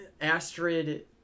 Astrid